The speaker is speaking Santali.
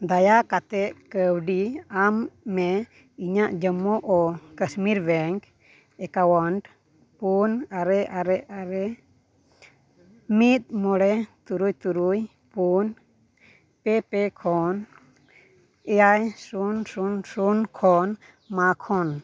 ᱫᱟᱭᱟ ᱠᱟᱛᱮᱫ ᱠᱟᱣᱰᱤ ᱮᱢᱢᱮ ᱤᱧᱟᱹᱜ ᱡᱚᱢᱢᱩ ᱳ ᱠᱟᱥᱢᱤᱨ ᱵᱮᱝᱠ ᱮᱠᱟᱣᱩᱱᱴ ᱯᱩᱱ ᱟᱨᱮ ᱟᱨᱮ ᱟᱨᱮ ᱢᱤᱫ ᱢᱚᱬᱮ ᱛᱩᱨᱩᱭ ᱛᱩᱨᱩᱭ ᱯᱩᱱ ᱯᱮ ᱯᱮ ᱠᱷᱚᱱ ᱮᱭᱟᱭ ᱥᱩᱱ ᱥᱩᱱ ᱠᱷᱚᱱ ᱢᱟᱠᱷᱚᱱ